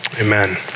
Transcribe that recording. Amen